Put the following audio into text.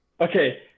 okay